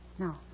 No